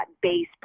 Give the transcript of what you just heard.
base